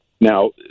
Now